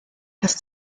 das